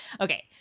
Okay